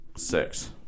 Six